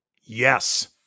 Yes